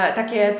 takie